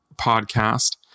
podcast